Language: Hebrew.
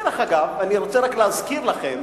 דרך אגב, אני רוצה רק להזכיר לכם,